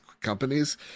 companies